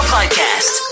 Podcast